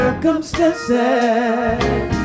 Circumstances